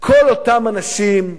כל אותם אנשים,